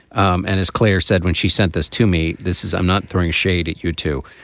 um and as claire said when she sent this to me, this is i'm not throwing shade at you, too.